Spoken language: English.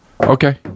Okay